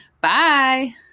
bye